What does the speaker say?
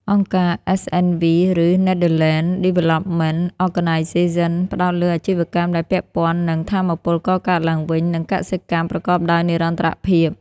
អង្គការ SNV ឬ Netherlands Development Organisation ផ្ដោតលើអាជីវកម្មដែលពាក់ព័ន្ធនឹង "ថាមពលកកើតឡើងវិញ" និងកសិកម្មប្រកបដោយនិរន្តរភាព។